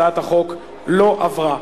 הצעת החוק לא עברה.